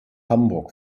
hamburg